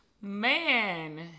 Man